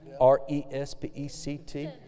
R-E-S-P-E-C-T